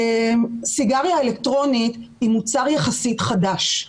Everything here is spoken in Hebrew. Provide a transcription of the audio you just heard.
סיגריה אלקטרונית היא מוצר יחסית חדש,